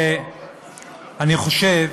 אני חושב